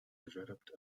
developed